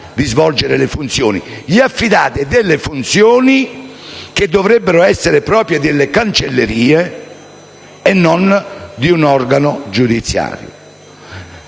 di svolgere le sue funzioni. Gli affidate delle funzioni che dovrebbero essere proprie delle cancellerie e non di un organo giudiziario.